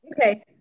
Okay